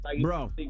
Bro